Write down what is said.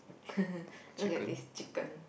look at this chicken